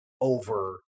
over